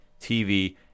TV